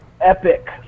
epic